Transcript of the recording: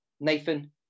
nathan